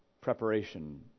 preparation